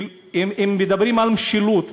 כי אם מדברים על משילות,